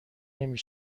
نمی